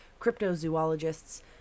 cryptozoologists